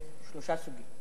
יש קודים.